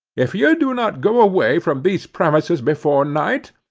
if you do not go away from these premises before night,